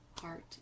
heart